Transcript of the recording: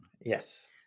Yes